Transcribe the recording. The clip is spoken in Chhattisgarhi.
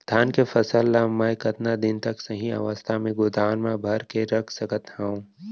धान के फसल ला मै कतका दिन तक सही अवस्था में गोदाम मा भर के रख सकत हव?